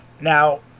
Now